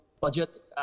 budget